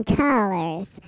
colors